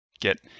get